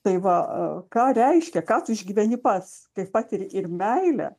tai va ką reiškia ką tu išgyveni pats taip pat ir ir meilę